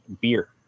beer